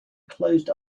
closed